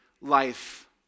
life